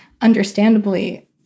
understandably